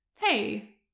Hey